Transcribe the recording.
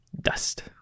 dust